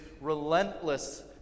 relentless